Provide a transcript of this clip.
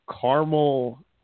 caramel